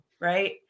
right